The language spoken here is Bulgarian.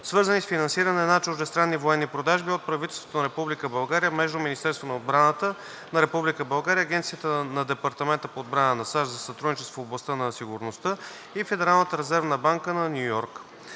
свързани с финансиране на чуждестранни военни продажби от правителството на Република България, между Министерството на отбраната на Република България, Агенцията на Департамента по отбрана на САЩ за сътрудничество в областта на сигурността и Федералната резервна банка на Ню Йорк.